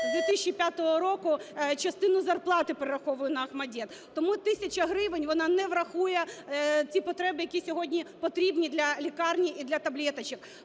з 2005 року частину зарплати перераховую на ОХМАТДИТ. Тому тисяча гривень, вона не врахує ті потреби, які сьогодні потрібні для лікарні і для "Таблеточек".